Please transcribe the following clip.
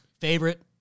favorite